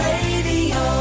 Radio